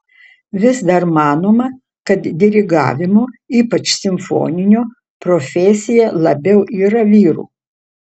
vis dar manoma kad dirigavimo ypač simfoninio profesija labiau yra vyrų